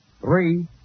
three